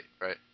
right